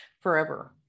forever